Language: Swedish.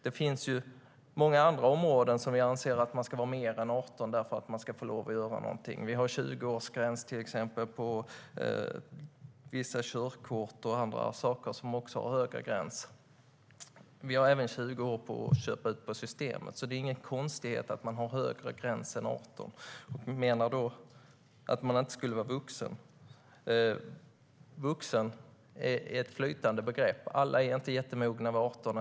Det finns många andra områden där vi anser att man ska vara mer än 18 för att få lov att göra någonting. Vi har till exempel 20-årsgräns för vissa körkort. Andra saker har högre gräns. Vi har även 20-årsgräns för att köpa ut på Systemet. Det är alltså ingen konstighet att ha en högre gräns än 18 år. Vi menar att man inte skulle vara vuxen då. Vuxen är ett flytande begrepp. Alla är inte jättemogna vid 18.